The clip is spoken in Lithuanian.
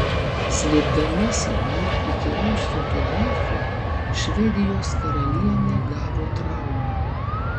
slėpdamasi nuo įkyraus fotografo švedijos karalienė gavo traumą